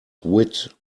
wit